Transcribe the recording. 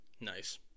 Nice